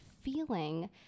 feeling